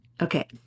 Okay